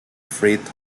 freight